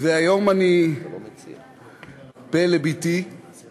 היום אני לפה לבתי ונותן